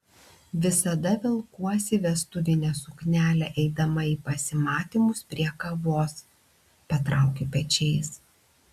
visada velkuosi vestuvinę suknelę eidama į pasimatymus prie kavos patraukiu pečiais